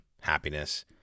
happiness